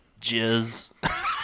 jizz